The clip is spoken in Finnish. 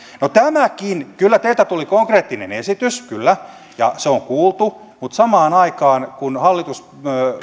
no tämäkin kyllä teiltä tuli konkreettinen esitys kyllä ja se on kuultu mutta samaan aikaan kun hallitus